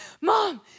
Mom